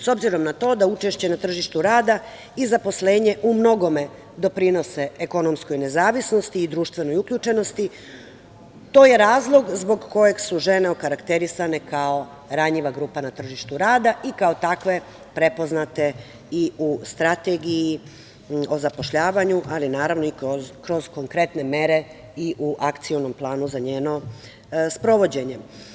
S obzirom na to da učešće na tržištu rada i zaposlenje umnogome doprinose ekonomskoj nezavisnosti i društvenoj uključenosti, to je razlog zbog kojeg su žene okarakterisane kao ranjiva grupa na tržištu rada i kao takve prepoznate i u Strategiji o zapošljavanju, ali naravno i kroz konkretne mere i u akcionom planu za njeno sprovođenje.